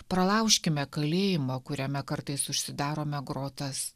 pralaužkime kalėjimo kuriame kartais užsidarome grotas